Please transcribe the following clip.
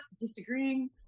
disagreeing